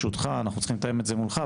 אנחנו צריכים לתאם את זה מולך,